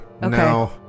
no